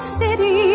city